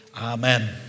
amen